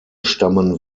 stammen